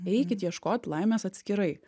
eikit ieškot laimės atskirai